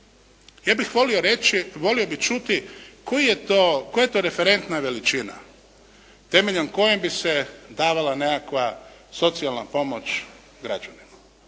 ja bih volio reći, volio bih čuti koji je to, koja je to referentna veličina temeljem koje bi se davala nekakva socijalna pomoć građanima?